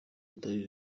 atari